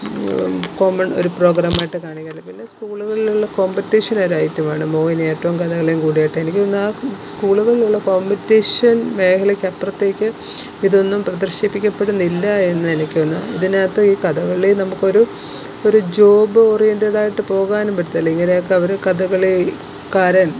common ഒരു പ്രോഗ്രാമായിട്ട് കാണുകയല്ല പിന്നെ സ്കൂളുകളിലുള്ള കോമ്പറ്റീഷനൊരൈറ്റമാണ് മോഹിനിയാട്ടവും കഥകളിയും കൂടിയാട്ടവും എനിക്ക് തോന്നുന്നു ആ സ്കൂളുകളിലുള്ള കോംപറ്റീഷൻ മേഖലയ്ക്കപ്പുറത്തേക്ക് ഇതൊന്നും പ്രദർശിപ്പിക്കപ്പെടുന്നില്ല എന്ന് എനിക്ക് തോന്നുന്നു ഇതിനകത്ത് ഈ കഥകളി നമുക്കൊരു ഒരു ജോബ് ഓറിയൻറ്റഡായിട്ട് പോകാനും പറ്റത്തില്ല ഇങ്ങനേക്കവര് കഥകളികാരൻ